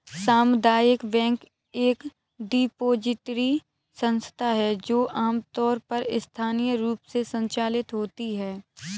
सामुदायिक बैंक एक डिपॉजिटरी संस्था है जो आमतौर पर स्थानीय रूप से संचालित होती है